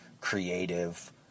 creative